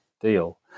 deal